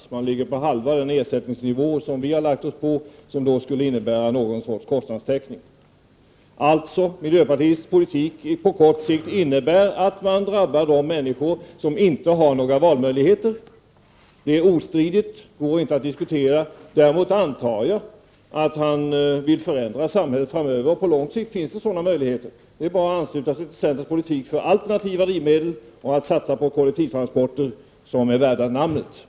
Miljöpartiet vill bara ge halva den ersättningsnivå som vi har lagt oss på och som skulle innebära någon sorts kostnadstäckning. Alltså: miljöpartiets politik på kort sikt innebär att de människor drabbas som inte har några valmöjligheter. Detta är ostridigt. Det går inte att resonera bort. Däremot antar jag att han vill förändra samhället framöver. På lång sikt finns sådana möjligheter. Det är bara att anlsluta sig till centerns politik för alternativa drivmedel och att satsa på kollektivtransporter som är värda namnet.